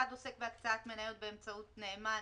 שסעיף אחד עוסק בהקצאת מניות באמצעות נאמן,